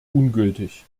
ungültig